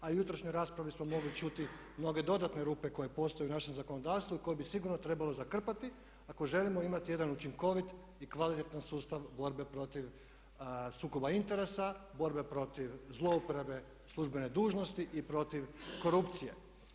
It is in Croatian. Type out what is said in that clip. A u jutrošnjoj raspravi smo mogli čuti mnoge dodatne rupe koje postoje u našem zakonodavstvu i koje bi sigurno grebalo zakrpati ako želimo imati jedan učinkovit i kvalitetan sustav borbe protiv sukoba interesa, borbe protiv zlouporabe službene dužnosti i protiv korupcije.